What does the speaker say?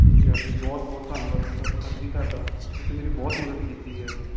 ਠੀਕ ਹੈ ਜੀ ਬਹੁਤ ਬਹੁਤ ਧੰਨਵਾਦ ਸਰ ਜੀ ਤੁਹਾਡਾ ਤੁਸੀਂ ਮੇਰੀ ਬਹੁਤ ਮਦਦ ਕੀਤੀ ਹੈ ਜੀ